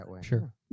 Sure